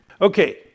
Okay